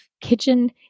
kitchen